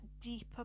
deeper